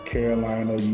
Carolina